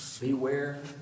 Beware